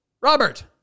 Robert